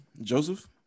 Joseph